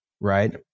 right